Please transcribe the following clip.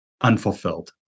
unfulfilled